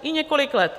I několik let!